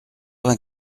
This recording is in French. vingt